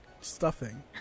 stuffing